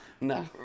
No